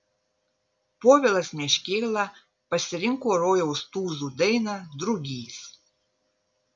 povilas meškėla pasirinko rojaus tūzų dainą drugys